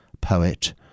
poet